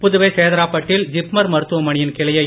புதுவை சேதராப்பட்டில் ஜிப்மர் மருத்துவமனையின் கிளையை